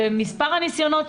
ומספר הניסיונות,